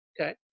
Okay